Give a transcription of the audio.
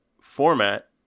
format